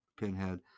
pinhead